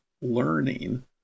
learning